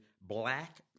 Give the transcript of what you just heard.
black